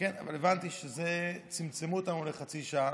כן, אבל הבנתי שצמצמו אותנו לחצי שעה.